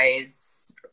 guys